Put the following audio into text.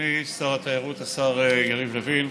אדוני שר התיירות השר יריב לוין,